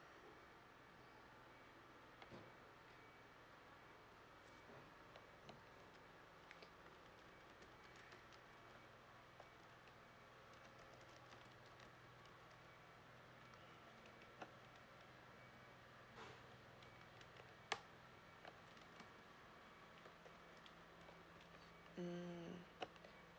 mm